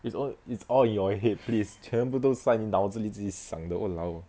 it's all it's all in your head please 全部都在你的脑子里你自己想的 !walao!